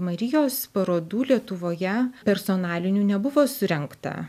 marijos parodų lietuvoje personalinių nebuvo surengta